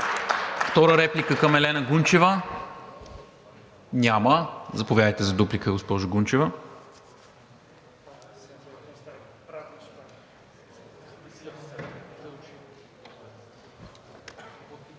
Втора реплика към Елена Гунчева? Няма. Заповядайте за дуплика, госпожо Гунчева.